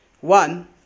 one